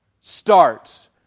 starts